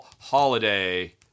Holiday